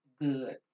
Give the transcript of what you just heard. Good